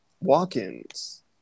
walk-ins